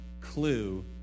clue